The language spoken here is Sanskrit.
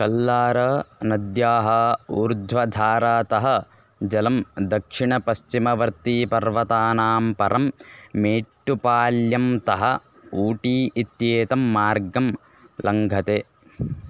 कल्लारानद्याः ऊर्ध्वधारातः जलं दक्षिणपश्चिमवर्तीपर्वतानां परं मेट्टुपाल्यं तः ऊटी इत्येतं मार्गं लङ्घते